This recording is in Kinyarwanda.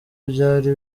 byari